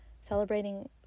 celebrating